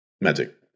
magic